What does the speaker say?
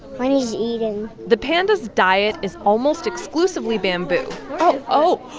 when he's eating the panda's diet is almost exclusively bamboo oh,